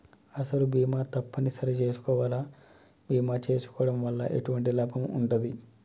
అసలు బీమా తప్పని సరి చేసుకోవాలా? బీమా చేసుకోవడం వల్ల ఎటువంటి లాభం ఉంటది?